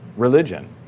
religion